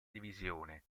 divisione